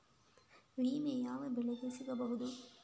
ವಿಮೆ ಯಾವ ಬೆಳೆಗೆ ಸಿಗಬಹುದು?